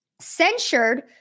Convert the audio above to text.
censured